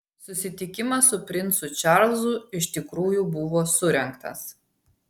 susitikimas su princu čarlzu iš tikrųjų buvo surengtas